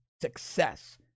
success